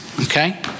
Okay